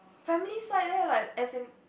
family side there like as in